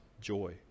joy